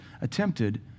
attempted